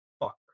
fuck